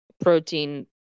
protein